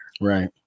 Right